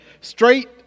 Straight